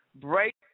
Break